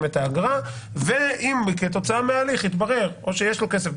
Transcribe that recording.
את האגרה ואם כתוצאה מההליך יתברר או שיש לו כסף,